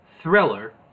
Thriller